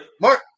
Mark